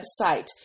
website